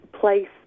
place